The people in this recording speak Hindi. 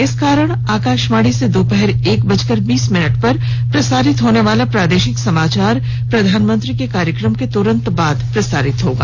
इस कारण आकाशवाणी रांची से दोपहर एक बजकर बीस मिनट पर प्रसारित होनेवाला प्रादेशिक समाचार प्रधानमंत्री के कार्यक्रम के तुरंत बाद प्रसारित होगा